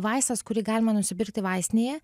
vaistas kurį galima nusipirkti vaistinėje